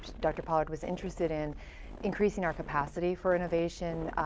dr pollard was interested in increasing our capacity for innovation,